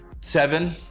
Seven